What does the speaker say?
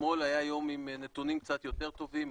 אתמול היה יום עם נתונים קצת יותר טובים,